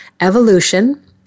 Evolution